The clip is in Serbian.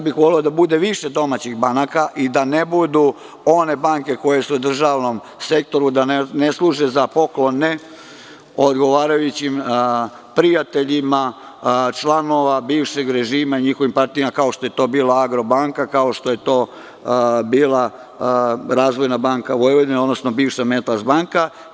Voleo bih da bude više domaćih banaka i da one banke koje su u državnom sektoru ne služe za poklone odgovarajućim prijateljima članova bivšeg režima i njihovim partijama, kao što je to bila „Agrobanka“, kao što je to bila „Razvojna banka Vojvodine“, odnosno bivša „Metals banka“